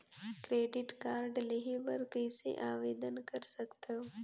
Credit card लेहे बर कइसे आवेदन कर सकथव?